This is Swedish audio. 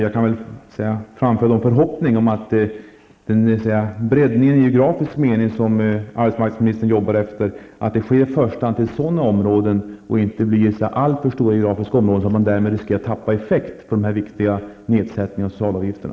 Jag kan framföra den förhoppningen att den utvidgning i geografisk mening som arbetsmarknadsministern jobbar med i första hand gäller sådana områden och inte alltför stora geografiska områden, så att man därmed riskerar att tappa i effekt av de viktiga nedsättningarna av de sociala avgifterna.